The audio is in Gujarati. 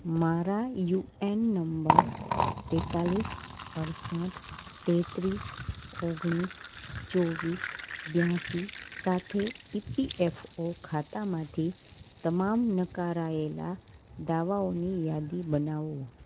મારા યુએન નંબર તેતાળીસ અડસઠ તેત્રીસ ઓગણીસ ચોવીસ બ્યાસી સાથે ઇપીએફઓ ખાતામાંથી તમામ નકારાએલા દાવાઓની યાદી બનાવો